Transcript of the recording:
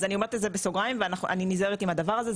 אז אני אומרת את זה בסוגריים ואני נזהרת עם הדבר הזה,